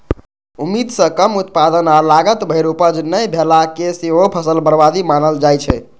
उम्मीद सं कम उत्पादन आ लागत भरि उपज नहि भेला कें सेहो फसल बर्बादी मानल जाइ छै